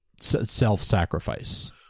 self-sacrifice